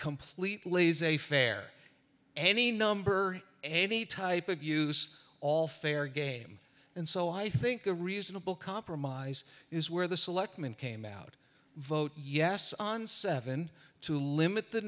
complete laissez faire any number any type of use all fair game and so i think a reasonable compromise is where the selectmen came out vote yes on seven to limit the